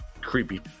creepy